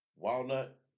Walnut